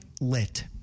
Lit